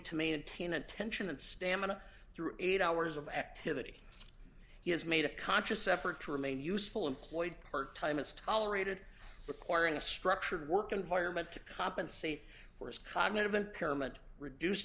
to maintain attention and stamina through eight hours of activity he has made a conscious effort to remain useful employed part time as tolerated requiring a structured work environment to compensate